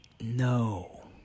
No